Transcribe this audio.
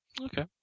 Okay